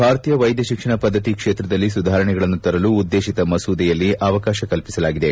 ಭಾರತೀಯ ವೈದ್ಯ ಶಿಕ್ಷಣ ಪದ್ಧತಿ ಕ್ಷೇತ್ರದಲ್ಲಿ ಸುಧಾರಣೆಗಳನ್ನು ತರಲು ಉದ್ದೇಶಿತ ಮಸೂದೆಯಲ್ಲಿ ಅವಕಾಶ ಕಲ್ಪಿಸಲಾಗಿದೆ